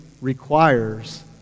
requires